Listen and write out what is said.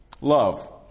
love